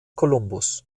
kolumbus